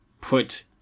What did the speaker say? put